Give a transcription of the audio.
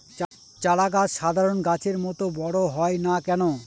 চারা গাছ সাধারণ গাছের মত বড় হয় না কেনো?